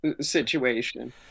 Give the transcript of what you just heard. situation